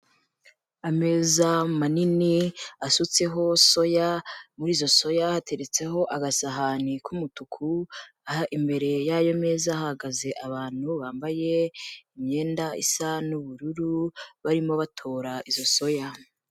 Ameza manini asutseho soya muri izo soya hateretseho agasahani k'umutuku, aha imbere y'ayo meza hahagaze abantu bambaye imyenda isa n'ubururu barimo batora izo soya.